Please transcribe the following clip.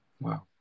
Wow